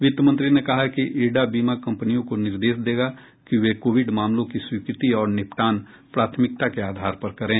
वित्त मंत्री ने कहा कि इरडा बीमा कंपनियों को निर्देश देगा कि वे कोविड मामलों की स्वीकृति और निपटान प्राथमिकता के आधार पर करे